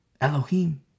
Elohim